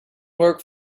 work